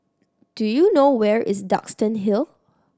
do you know where is Duxton Hill